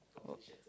oh